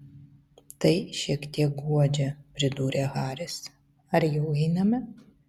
tai šiek tiek guodžia pridūrė haris ar jau einame